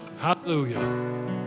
Hallelujah